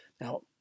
Now